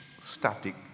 static